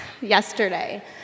yesterday